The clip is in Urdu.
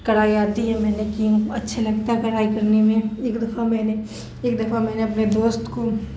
کڑھائی آتی ہے میں نے کی ہوں اچھی لگتا ہے کڑھائی کرنے میں ایک دفعہ میں نے ایک دفعہ میں نے اپنے دوست کو